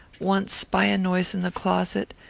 once by a noise in the closet,